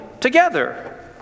together